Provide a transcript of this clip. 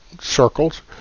circles